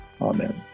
Amen